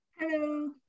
Hello